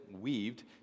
weaved